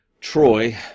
Troy